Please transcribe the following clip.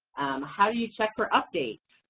how do you check for updates,